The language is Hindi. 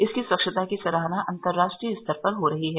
इसकी स्वच्छता की सराहना अतंर्राष्ट्रीय स्तर पर हो रही है